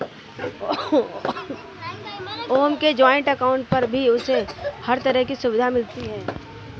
ओम के joint account पर भी उसे हर तरह की सुविधा मिलती है